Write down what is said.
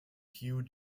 hugh